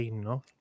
no